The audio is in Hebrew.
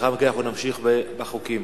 ולאחר מכן נמשיך בחוקים.